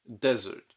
desert